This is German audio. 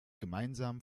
gemeinsam